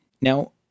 Now